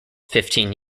fifteen